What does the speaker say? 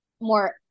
more